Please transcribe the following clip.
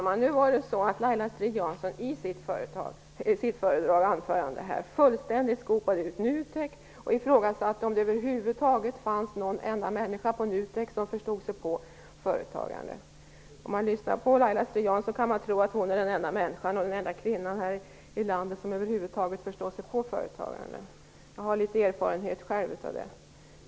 Fru talman! Laila Strid-Jansson fullständigt skopade ut NUTEK i sitt anförande. Hon ifrågasatte om det över huvud taget fanns någon enda människa på NUTEK som förstod sig på företagande. Om man lyssnar på Laila Strid Jansson kan man tro att hon är den enda kvinnan i landet som över huvud taget förstår sig på företagande. Jag har själv litet erfarenhet av företagande.